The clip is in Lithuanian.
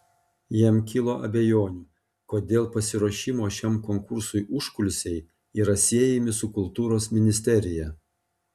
jam kilo abejonių kodėl pasiruošimo šiam konkursui užkulisiai yra siejami su kultūros ministerija